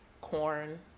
corn